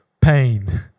pain